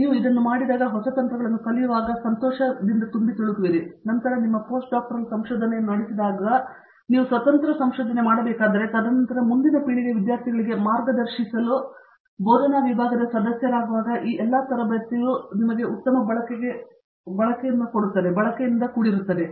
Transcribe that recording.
ಮೂರ್ತಿ ನೀವು ಇದನ್ನು ಮಾಡಿದಾಗ ಮತ್ತು ಈ ಹೊಸ ತಂತ್ರಗಳನ್ನು ಕಲಿಯುವಾಗ ನೀವು ಸಂತೋಷದಿಂದ ತುಂಬಿರುವಿರಿ ನಂತರ ನೀವು ಪೋಸ್ಟ್ ಡಾಕ್ಟೋರಲ್ ಸಂಶೋಧನೆಯನ್ನು ನಡೆಸಿದಾಗ ನೀವು ಸ್ವತಂತ್ರ ಸಂಶೋಧನೆ ಮಾಡಬೇಕಾದರೆ ತದನಂತರ ನೀವು ಮುಂದಿನ ಪೀಳಿಗೆಯ ವಿದ್ಯಾರ್ಥಿಗಳಿಗೆ ಮಾರ್ಗದರ್ಶಿಸಲು ಬೋಧನಾ ವಿಭಾಗದ ಸದಸ್ಯರಾಗಿರುವಾಗ ಈ ಎಲ್ಲ ತರಬೇತಿಯು ಉತ್ತಮ ಬಳಕೆಯಿಂದ ಕೂಡಿರುತ್ತದೆ